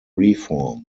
reform